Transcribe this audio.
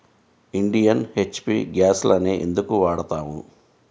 Indian, HP గ్యాస్లనే ఎందుకు వాడతాము?